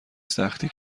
سختی